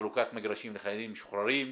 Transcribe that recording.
בחלוקת מגרשים לחיילים משוחררים.